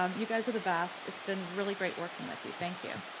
um you guys are the best, it's been really great working with you, thank you.